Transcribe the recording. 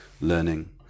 learning